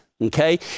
okay